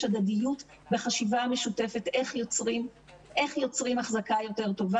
הדדיות וחשיבה משותפת איך יוצרים החזקה יותר טובה,